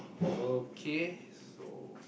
okay so